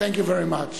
Thank you very much.